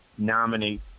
nominate